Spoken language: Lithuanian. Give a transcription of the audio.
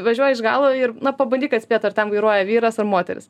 važiuoji iš galo ir na pabandyk atspėt ar ten vairuoja vyras ar moteris